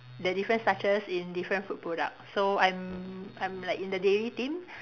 the different starches in different food products so I'm I'm like in the daily team